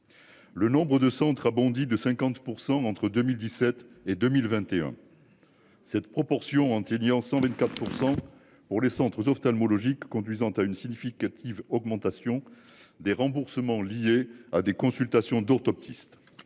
Le nombre de centres a bondi de 50% entre 2017 et 2021. Cette proportion. 124% pour les centres ophtalmologiques conduisant à une significative augmentation des remboursements liés à des consultations d'orthoptiste